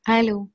Hello